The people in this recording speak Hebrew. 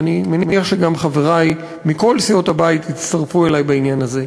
ואני מניח שגם חברי מכל סיעות הבית יצטרפו אלי בעניין הזה: